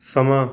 ਸਮਾਂ